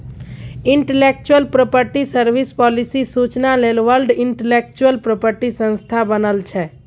intellectual property service, policy सुचना लेल world intellectual property संस्था बनल छै